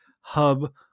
hub